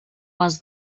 les